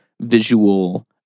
visual